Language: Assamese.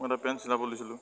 মই এটা পেণ্ট চিলাবলৈ দিছিলোঁ